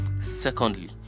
Secondly